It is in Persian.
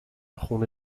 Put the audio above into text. خون